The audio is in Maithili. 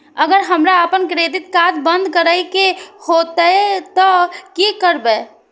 अगर हमरा आपन क्रेडिट कार्ड बंद करै के हेतै त की करबै?